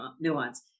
nuance